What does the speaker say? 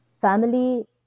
Family